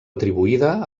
atribuïda